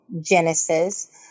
genesis